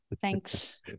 Thanks